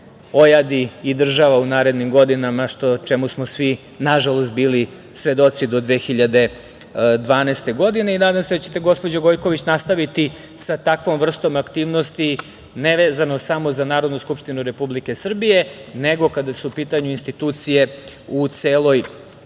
ojadi i država u narednim godinama, čemu smo svi, nažalost, bili svedoci do 2012. godine. Nadam se da ćete, gospođo Gojković, nastaviti sa takvom vrstom aktivnosti, nevezano samo za Narodnu skupštinu Republike Srbije, nego kada su u pitanju institucije u celoj